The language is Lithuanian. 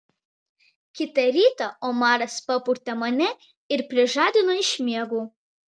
kitą rytą omaras papurtė mane ir prižadino iš miegų